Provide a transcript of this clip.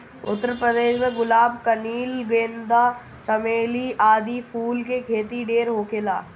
उत्तर प्रदेश में गुलाब, कनइल, गेंदा, चमेली आदि फूल के खेती ढेर होखेला